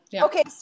Okay